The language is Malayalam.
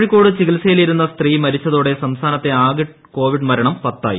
കോഴിക്കോട് ചികിത്സയിലിരുന്ന സ്ത്രീ മരിച്ചതോടെ സംസ്ഥാനത്തെ ആകെ കോവിഡ് മരണം പത്തായി